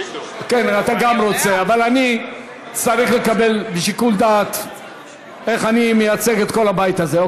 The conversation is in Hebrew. אבל אני צריך להחליט בשיקול דעת איך אני מייצג את כל הבית הזה.